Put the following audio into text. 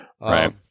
Right